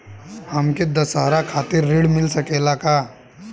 हमके दशहारा खातिर ऋण मिल सकेला का?